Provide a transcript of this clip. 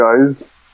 guys